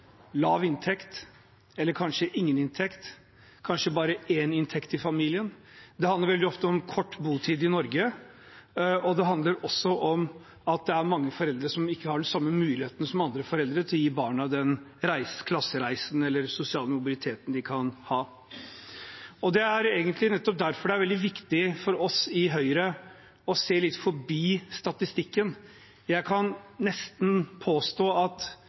lav inntekt, eller kanskje ingen inntekt, kanskje bare én inntekt i familien. Det handler veldig ofte om kort botid i Norge, og det handler også om at det er mange foreldre som ikke har den samme muligheten som andre foreldre til å gi barna den klassereisen eller sosiale mobiliteten de kan ha. Det er egentlig derfor det er veldig viktig for oss i Høyre å se litt forbi statistikken. Jeg kan nesten påstå med sikkerhet at